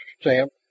stamp